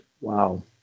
Wow